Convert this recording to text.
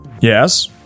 Yes